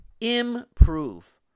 improve